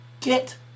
get